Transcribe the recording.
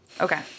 Okay